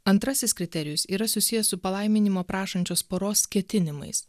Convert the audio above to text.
antrasis kriterijus yra susijęs su palaiminimo prašančios poros ketinimais